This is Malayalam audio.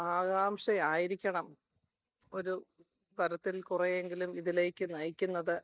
ആകാംഷ ആയിരിക്കണം ഒരു തരത്തിൽ കുറേ എങ്കിലും ഇതിലേക്ക് നയിക്കുന്നത്